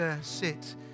sit